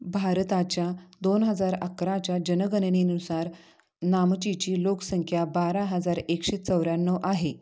भारताच्या दोन हजार अकराच्या जनगणनेनुसार नामचीची लोकसंख्या बारा हजार एकशे चौऱ्याण्णव आहे